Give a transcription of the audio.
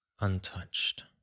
untouched